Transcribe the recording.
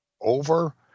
over